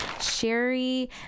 sherry